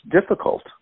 difficult